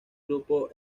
grupo